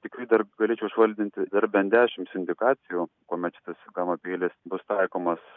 tiktai dar galėčiau išvardinti dar bent dešimts indikacijų kuomet šitas gama peilis bus taikomas